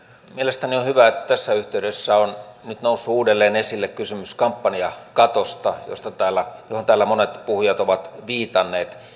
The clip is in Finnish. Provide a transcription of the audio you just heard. mielestäni on hyvä että tässä yhteydessä on nyt noussut uudelleen esille kysymys kampanjakatosta johon täällä monet puhujat ovat viitanneet